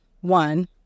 one